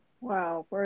Wow